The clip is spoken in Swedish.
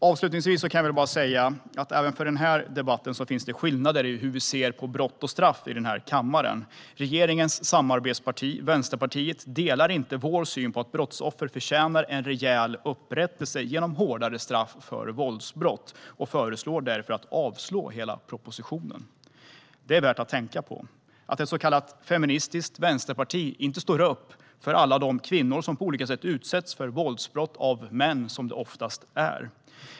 Avslutningsvis kan jag väl bara att säga att även för denna debatt finns skillnader i hur vi ser på brott och straff i den här kammaren. Regeringens samarbetsparti, Vänsterpartiet, delar inte vår syn på att brottsoffer förtjänar en rejäl upprättelse genom hårdare straff för våldsbrott och föreslår därför att hela propositionen avslås. Det är värt att tänka på att ett så kallat feministiskt vänsterparti inte står upp för alla de kvinnor som på olika sätt utsätts för våldsbrott av män, som det oftast är.